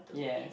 yes